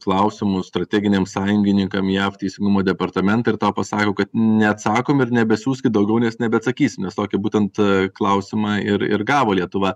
klausimų strateginiams sąjungininkams jaf teisingumo departamentą ir tau pasako kad neatsakom ir nebesiųskit daugiau nes nebeatsakysim nes tokį būtent klausimą ir ir gavo lietuva